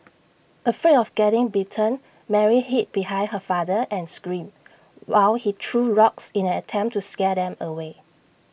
afraid of getting bitten Mary hid behind her father and screamed while he threw rocks in an attempt to scare them away